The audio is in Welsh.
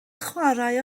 chwarae